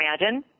imagine